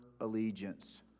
allegiance